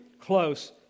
close